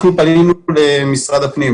אנחנו פנינו למשרד הפנים,